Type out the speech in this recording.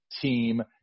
team